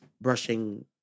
brushing